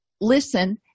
listen